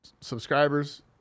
Subscribers